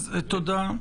תודה.